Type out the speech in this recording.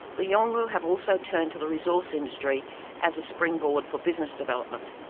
the yolngu have also turned to the resource industry as a springboard for business development.